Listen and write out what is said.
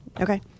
Okay